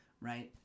right